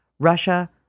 Russia